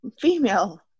female